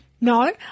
no